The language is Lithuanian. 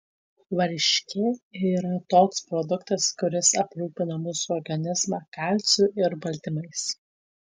varškė yra toks produktas kuris aprūpina mūsų organizmą kalciu ir baltymais